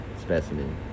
specimen